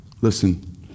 Listen